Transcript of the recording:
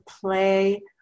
play